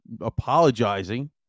apologizing